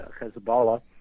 Hezbollah